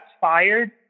fired